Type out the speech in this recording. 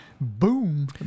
boom